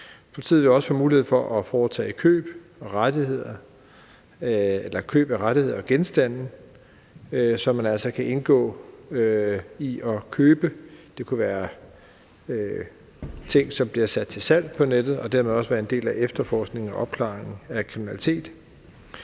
Politiet vil også få mulighed for at foretage køb af rettigheder og genstande, så man altså kan indgå i at købe. Det kunne være ting, som bliver sat til salg på nettet, og dermed også være en del af efterforskningen og opklaringen af kriminalitet.